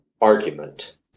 argument